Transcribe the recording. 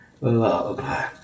love